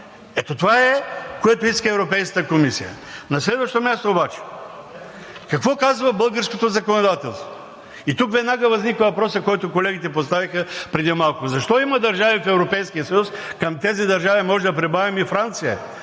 Ето това е, което иска Европейската комисия. На следващо място обаче какво казва българското законодателство? И тук веднага възниква въпросът, който колегите поставиха преди малко: защо има държави в Европейския съюз – към тези държави може да прибавим и Франция,